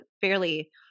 fairly